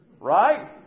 right